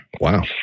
Wow